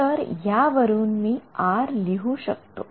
तर यावरून मी R लिहू शकतो